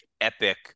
epic